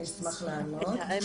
אני אשמח לענות.